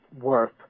Worth